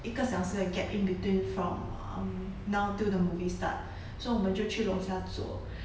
一个小时的 gap in between from um now till the movie start so 我们就去楼下坐